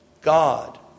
God